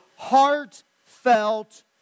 Heartfelt